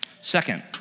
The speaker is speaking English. Second